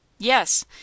Yes